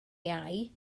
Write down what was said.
iau